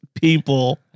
people